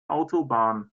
autobahn